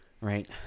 right